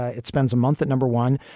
ah it spends a month at number one.